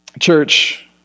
church